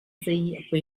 poi